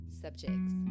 subjects